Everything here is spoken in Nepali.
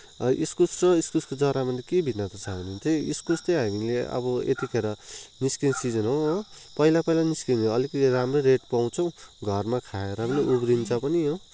इस्कुस र इस्कुसको जरामा मैले के भिन्नता छ भने चाहिँ इस्कुस चाहिँ अब हामीले अब यतिखेर निस्कने सिजन हो हो पहिला पहिला निस्कन्थ्यो अहिले फेरि राम्रै रेट पाउँछौ घरमा खाएर पनि उब्रिन्छ हो